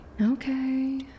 Okay